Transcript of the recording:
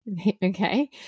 okay